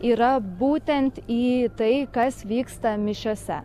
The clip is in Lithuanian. yra būtent į tai kas vyksta mišiose